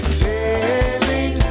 sailing